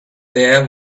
there